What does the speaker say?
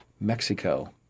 Mexico